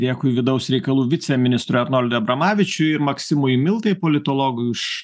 dėkui vidaus reikalų viceministrui arnoldui abramavičiui ir maksimui miltai politologui už